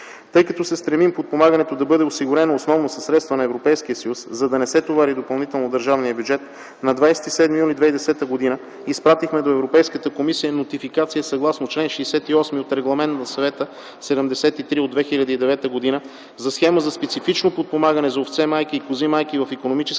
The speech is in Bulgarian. Тъй като се стремим подпомагането да бъде осигурено основно със средства на Европейския съюз, за да не се товари допълнително държавният бюджет, на 27 юни 2010 г. изпратихме до Европейската комисия нотификация съгласно чл. 68 от Регламент на Съвета 73 от 2009 г. за Схема за специфично подпомагане за овце майки и кози майки в икономически